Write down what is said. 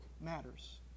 matters